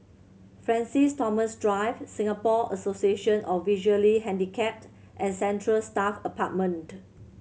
Francis Thomas Drive Singapore Association of Visually Handicapped and Central Staff Apartment